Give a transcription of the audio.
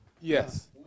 Yes